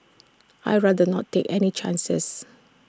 I'd rather not take any chances